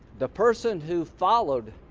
the person who follow